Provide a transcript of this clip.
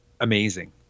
amazing